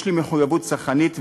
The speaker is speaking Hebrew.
יש לי מחויבות צרכנית ואזרחית: